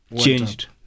changed